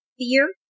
fear